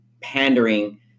pandering